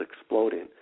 exploding